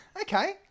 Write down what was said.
Okay